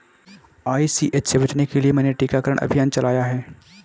ICH से बचने के लिए मैंने टीकाकरण अभियान चलाया है